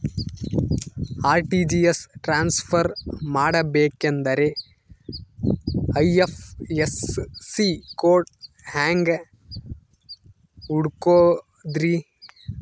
RTGS transfer ಮಾಡಬೇಕೆಂದರೆ IFSC code ಹೆಂಗ್ ಹುಡುಕೋದ್ರಿ?